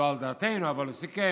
לא על דעתנו, אבל הוא סיכם,